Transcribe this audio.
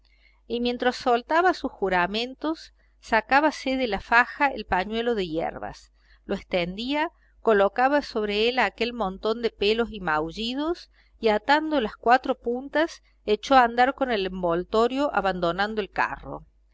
y mientras soltaba sus juramentos sacábase de la faja el pañuelo de hierbas lo extendía colocaba sobre él aquel montón de pelos y maullidos y atando las cuatro puntas echó a andar con el envoltorio abandonando el carro